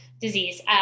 disease